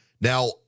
Now